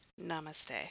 Namaste